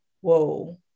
whoa